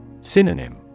Synonym